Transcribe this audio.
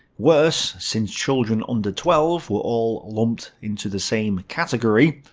worse, since children under twelve were all lumped into the same category,